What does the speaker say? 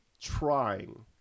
trying